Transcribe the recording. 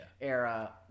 era